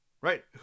Right